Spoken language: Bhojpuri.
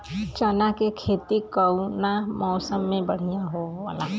चना के खेती कउना मौसम मे बढ़ियां होला?